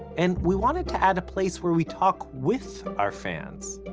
and we wanted to add a place where we talk with our fans.